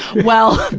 well,